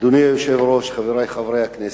אדוני היושב-ראש, חברי חברי הכנסת,